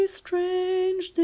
strange